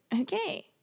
okay